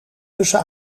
tussen